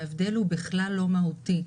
ההבדל הוא בכלל לא מהותי.